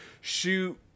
shoot